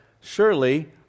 Surely